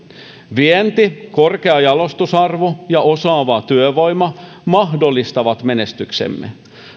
vienti korkea jalostusarvo ja osaava työvoima mahdollistavat menestyksemme